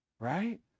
Right